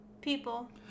People